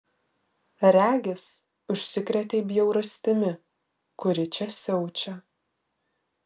regis užsikrėtei bjaurastimi kuri čia siaučia